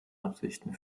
absichten